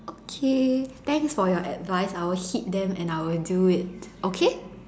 okay thanks for your advice I will heed them and I will do it okay